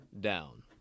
down